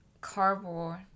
cardboard